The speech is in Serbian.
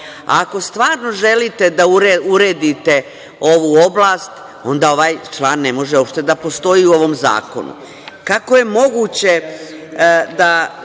stvarno želite da uredite ovu oblast, onda ovaj član ne može uopšte da postoji u ovom zakonu.